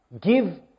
give